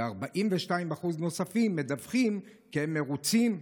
ו-42% נוספים מדווחים כי הם מרוצים.